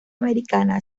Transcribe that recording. americana